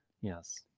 yes